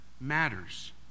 matters